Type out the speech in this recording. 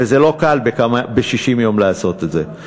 וזה לא קל ב-60 יום לעשות את זה.